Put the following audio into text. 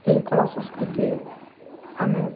ଏହି କଳା ସଂସ୍କୃତି ଆମେ